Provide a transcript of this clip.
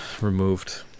removed